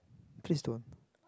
please don't